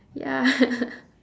ya